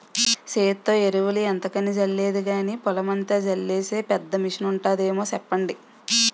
సేత్తో ఎరువులు ఎంతకని జల్లేది గానీ, పొలమంతా జల్లీసే పెద్ద మిసనుంటాదేమో సెప్పండి?